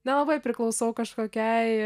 nelabai priklausau kažkokiai